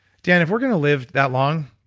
dan, if we're going to live that long,